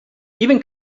even